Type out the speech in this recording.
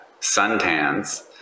suntans